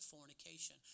fornication